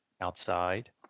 outside